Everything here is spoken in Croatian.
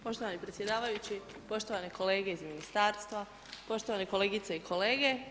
Poštovani predsjedavajući, poštovane kolege iz ministarstva, poštovane kolegice i kolege.